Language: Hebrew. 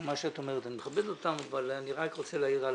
אני מכבד אותם אבל אני רק רוצה להעיר על